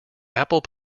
apple